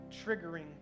triggering